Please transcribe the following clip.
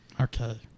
Okay